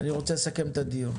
את הדיון.